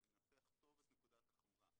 לנסח טוב את נקודת החומרה.